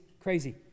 crazy